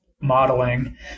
modeling